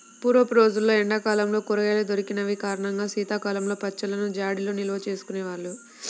పూర్వపు రోజుల్లో ఎండా కాలంలో కూరగాయలు దొరికని కారణంగా శీతాకాలంలో పచ్చళ్ళను జాడీల్లో నిల్వచేసుకునే వాళ్ళు